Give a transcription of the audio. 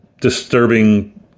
disturbing